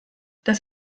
dass